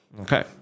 okay